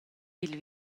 pil